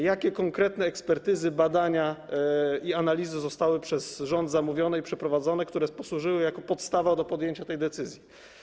Jakie konkretne ekspertyzy, badania i analizy zostały przez rząd zamówione i przeprowadzone, które posłużyły jako podstawa do podjęcia tej decyzji?